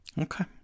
Okay